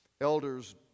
elders